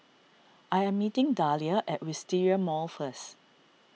I am meeting Dahlia at Wisteria Mall first